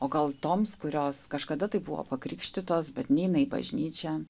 o gal toms kurios kažkada tai buvo pakrikštytos bet neina į bažnyčią